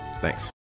Thanks